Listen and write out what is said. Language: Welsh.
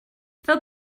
fel